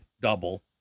double